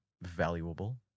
valuable